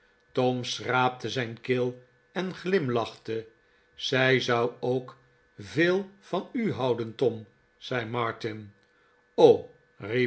tom schraapte zijn keel en glimlachte zij zou ook veel van u houden tom zei martin